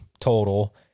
total